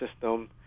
system